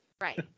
Right